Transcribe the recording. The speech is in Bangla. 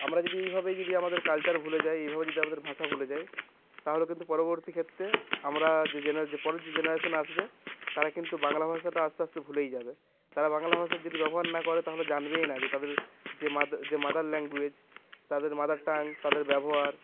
আমরা যদি এইভাবেই যদি আমাদের কালচার ভুলে যাই এইভাবে যদি আমাদের ভাষা ভুলে যায় তাহলে কিন্তু পরবর্তী ক্ষেত্রে আমরা যে জেনার যে পরের যে জেনারেশান আসবে তারা কিন্তু বাংলা ভাষাটা আস্তে আস্তে ভুলেই যাবে তারা বাংলা ভাষার যদি ব্যবহার না করে তাহলে জানবেই না যে তাদের যে যে মাদার ল্যাঙ্গুয়েজ তাদের মাদার টাং তাদের ব্যবহার